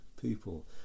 people